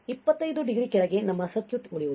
ಆದ್ದರಿಂದ 25 ಡಿಗ್ರಿ ಕೆಳಗೆ ನಮ್ಮ ಸರ್ಕ್ಯೂಟ್ ಉಳಿಯುವುದಿಲ್ಲ